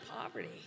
poverty